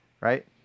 Right